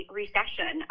recession